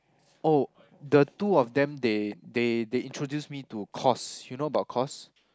oh the two of them they they they introduce me to Cos you know about Cos